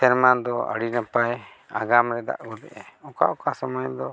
ᱥᱮᱨᱢᱟ ᱫᱚ ᱟᱹᱰᱤ ᱱᱟᱯᱟᱭ ᱟᱜᱟᱢᱜᱮ ᱫᱟᱜ ᱜᱚᱫ ᱮᱫᱟᱭ ᱚᱠᱟᱼᱚᱠᱟ ᱥᱚᱢᱚᱭ ᱫᱚ